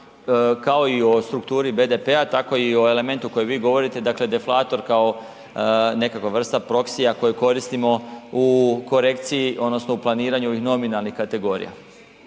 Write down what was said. kao i o strukturi BDP-a tako i o elementu o kojem vi govorite dakle deflator kao nekakva vrsta proksija koji koristimo u korekciji odnosno u planiranju ovih nominalnih kategorija.